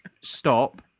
stop